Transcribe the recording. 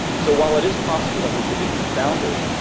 so while it is possible that there could be confounders.